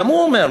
גם הוא אומר,